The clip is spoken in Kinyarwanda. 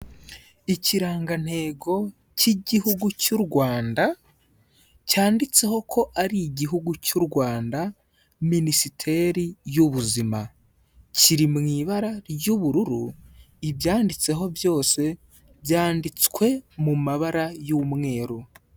Ikirangantego cy'igihugu cy'u Rwanda, cyanditseho ko ari igihugu cy'u Rwanda, minisiteri y'ubuzima. Kiri mu ibara ry'ubururu, ibyanditseho byose, byanditswe mu mabara y'umweru.